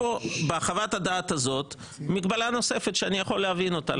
בחוות הדעת הזאת יש מגבלה נוספת שאני יכול להבין אותה.